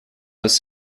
was